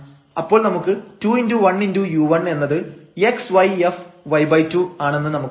അപ്പോൾ നമുക്ക് 2 1 u1 എന്നത് xyfy2 ആണെന്ന് നമുക്കറിയാം